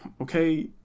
okay